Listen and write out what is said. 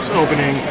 opening